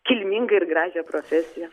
kilmingą ir gražią profesiją